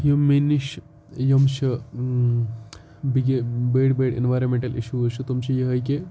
یِم مےٚ نِش یِم چھِ بِگ بٔڑۍ بٔڑۍ اٮ۪نورامنٹَل اِشوٗز چھِ تِم چھِ یِہے کہِ